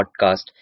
podcast